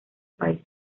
país